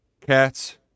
Cats